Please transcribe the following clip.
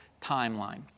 timeline